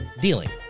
dealing